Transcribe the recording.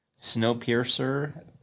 Snowpiercer